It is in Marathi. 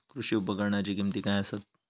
कृषी उपकरणाची किमती काय आसत?